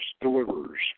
delivers